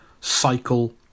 cycle